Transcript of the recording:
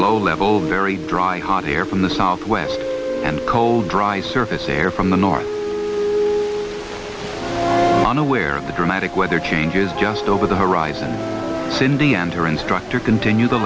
low level of very dry hot air from the southwest and cold dry surface air from the north on a where the dramatic weather changes just over the horizon cindy and her instructor continue the